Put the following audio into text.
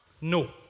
No